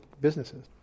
businesses